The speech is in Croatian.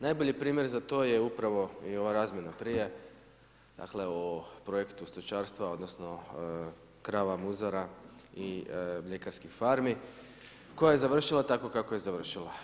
Najbolji primjer za to je upravo i ova razmjena prije, dakle o projektu stočarstva, odnosno krava muzara i mljekarskih farmi koja je završila tako kako je završila.